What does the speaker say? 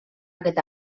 aquest